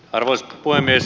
arvoisa puhemies